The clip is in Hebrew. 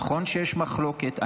נכון שיש מחלוקת,